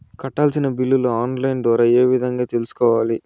కట్టాల్సిన బిల్లులు online ద్వారా ఏ విధంగా తెలుసుకోవాలి?